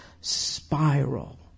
spiral